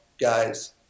guys